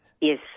Yes